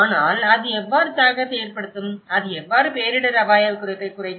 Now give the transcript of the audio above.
ஆனால் அது எவ்வாறு தாக்கத்தை ஏற்படுத்தும் அது எவ்வாறு பேரிடர் அபாயக் குறைப்பைக் குறைக்கும்